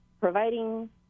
providing